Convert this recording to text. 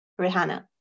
Rihanna